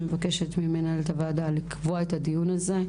אני מבקשת ממנהלת הוועדה לקבוע את הדיון הזה.